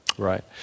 Right